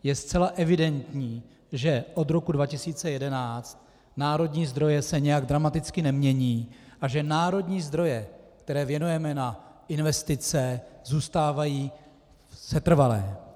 Je zcela evidentní, že od roku 2011 národní zdroje se nějak dramaticky nemění a že národní zdroje, které věnujeme na investice, zůstávají setrvalé.